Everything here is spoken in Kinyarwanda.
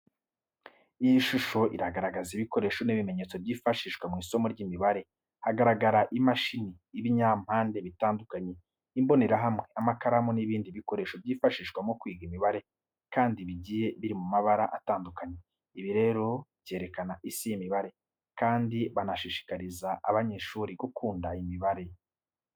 Iyi shusho iragaragaza ibikoresho n'ibimenyetso byifashishwa mu isomo ry'imibare. Haragaragara imashini, ibinyampande bitandukanye, imbonerahamwe, amakaramu n’ibindi bikoresho byifashishwa mu kwiga imibare kandi bigiye biri mu mabara atandukanye. Ibi rero byerekana Isi y'imibare kandi banashishikariza abanyeshuri gukunda imibare.